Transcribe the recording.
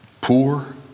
poor